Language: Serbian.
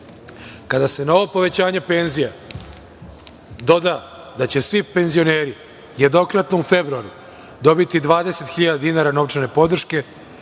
se na ovo povećanje penzija doda da će svi penzioneri jednokratno u februaru dobiti 20.000 dinara novčane podrške,